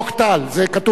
זה כתוב גם בחוק,